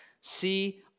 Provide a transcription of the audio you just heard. See